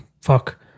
Fuck